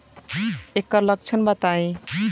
एकर लक्षण बताई?